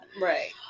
Right